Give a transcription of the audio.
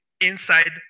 inside